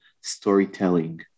storytelling